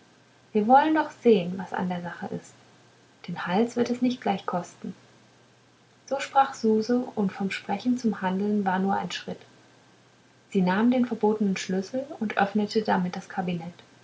wir wollen doch sehen was an der sache ist den hals wird es nicht gleich kosten so sprach suse und vom sprechen zum handeln war nur ein schritt sie nahm den verbotenen schlüssel und öffnete damit das kabinett